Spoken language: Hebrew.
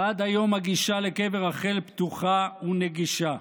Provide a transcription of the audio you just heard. ועד היום הגישה לקבר רחל פתוחה ונגישה.